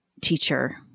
teacher